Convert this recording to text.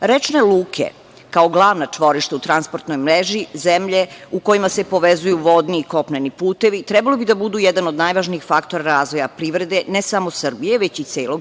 Rečne luke kao glavna čvorišta u transportnoj mreži zemlje u kojima se povezuju vodni i kopneni putevi trebalo bi da budu jedan od najvažnijih faktora razvoja privrede ne samo Srbije, već i celog